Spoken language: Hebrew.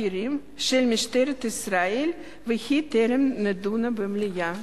הבכירים של משטרת ישראל והיא טרם נדונה במליאה,